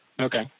Okay